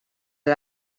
del